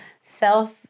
self